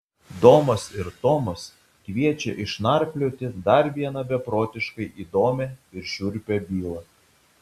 domas ir tomas kviečia išnarplioti dar vieną beprotiškai įdomią ir šiurpią bylą